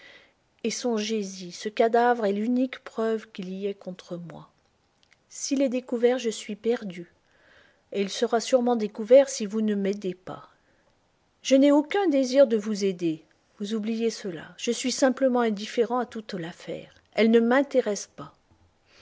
et songez y ce cadavre est l'unique preuve qu'il y ait contre moi s'il est découvert je suis perdu et il sera sûrement découvert si vous ne m'aidez pas je n'ai aucun désir de vous aider vous oubliez cela je suis simplement indifférent à toute l'affaire elle ne m'intéresse pas